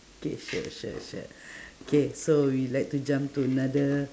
okay sure sure sure okay so we like to jump to another